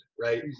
right